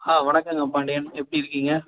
ஆ வணக்கங்க பாண்டியன் எப்படி இருக்கீங்க